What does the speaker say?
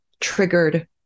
triggered